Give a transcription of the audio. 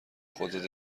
خودت